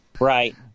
Right